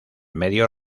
medio